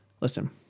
Listen